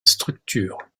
structure